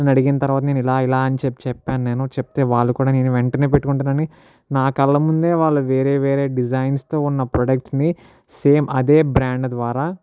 నన్ను అడిగిన తరువాత నేను ఇలా ఇలా అని చెప్పి చెప్పాను నేను చెప్తే వాళ్ళు కూడా నేను వెంటనే పెట్టుకుంటాను అని నా కళ్ళ ముందే వాళ్ళు వేరే వేరే డిజైన్స్తో ఉన్న ప్రాడక్ట్స్ని సేమ్ అదే బ్రాండ్ ద్వారా